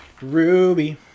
Ruby